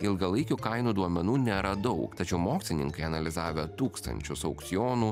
ilgalaikių kainų duomenų nėra daug tačiau mokslininkai analizavę tūkstančius aukcionų